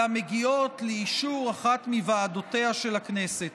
המגיעות לאישור אחת מוועדותיה של הכנסת.